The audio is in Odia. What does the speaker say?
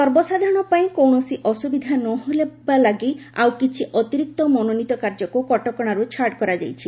ସର୍ବସାଧାରଣଙ୍କ ପାଇଁ କୌଣସି ଅସୁବିଧା ନହେବା ଲାଗି ଆଉ କିଛି ଅତିରିକ୍ତ ମନୋନୀତ କାର୍ଯ୍ୟକୁ କଟକଣାରୁ ଛାଡ଼ କରାଯାଇଛି